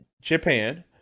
Japan